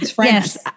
Yes